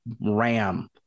ram